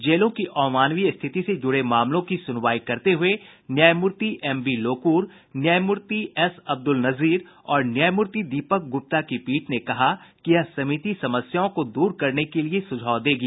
जेलों की अमानवीय स्थिति से जुड़े मामले की सुनवाई करते हुए न्यायमूर्ति एम बी लोकुर न्यायमूर्ति एस अब्दुल नजीर और न्यायमूति दीपक गुप्ता की पीठ ने कहा कि यह समिति समस्याओं को दूर करने के लिए सुझाव देगी